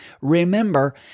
Remember